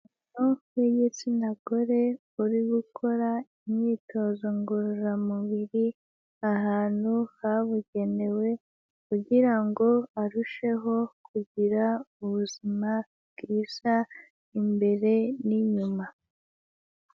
Umuntu w'igitsina gore uri gukora imyitozo ngororamubiri ahantu habugenewe kugira ngo arusheho kugira ubuzima bwiza imbere n'inyuma.